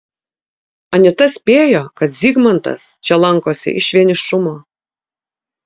anita spėjo kad zygmantas čia lankosi iš vienišumo